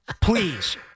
please